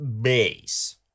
base